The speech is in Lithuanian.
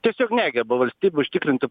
tiesiog negeba valstybė užtikrinti